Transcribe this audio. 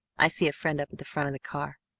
i see a friend up at the front of the car!